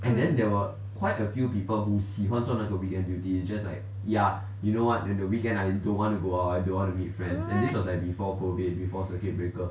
what